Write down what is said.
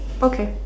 okay